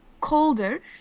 colder